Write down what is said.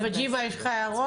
יוחאי וג'ימה, יש לך הערות?